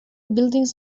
buildings